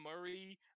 Murray